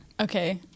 Okay